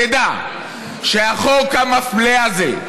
תדע שהחוק המפלה הזה,